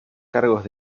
cargos